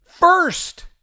first